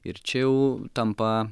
ir čia jau tampa